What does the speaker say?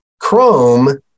Chrome